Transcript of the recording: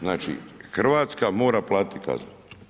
Znači, Hrvatska mora platiti kaznu.